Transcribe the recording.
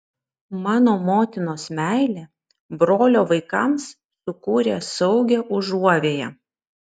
mano motinos meilė brolio vaikams sukūrė saugią užuovėją